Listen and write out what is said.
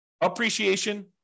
appreciation